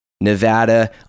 Nevada